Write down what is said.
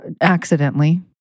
Accidentally